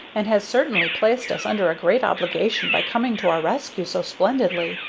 and has certainly placed us under a great obligation by coming to our rescue so splendidly.